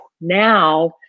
now